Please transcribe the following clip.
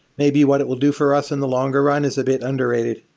maybe what it will do for us in the longer run is a bit understated.